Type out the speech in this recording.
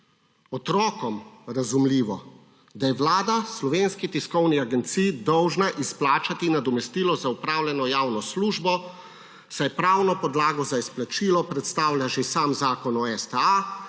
otrokom razumljivo, da je Vlada Slovenski tiskovni agenciji dolžna izplačati nadomestilo za opravljeno javno službo, saj pravno podlago za izplačilo predstavlja že sam Zakon o STA